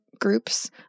groups